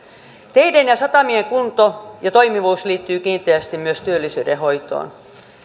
teiden ja satamien kunto ja toimivuus liittyy kiinteästi myös työllisyyden hoitoon